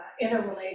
interrelated